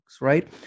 right